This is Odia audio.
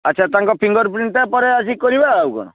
ଆଚ୍ଛା ତାଙ୍କ ଫିଙ୍ଗର ପ୍ରିଣ୍ଟ୍ଟା ପରେ ଆସିକି କରିବା ଆଉ କ'ଣ